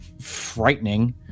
frightening